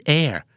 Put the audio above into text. air